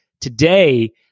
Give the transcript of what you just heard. Today